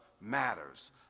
matters